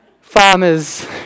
Farmers